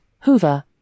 hoover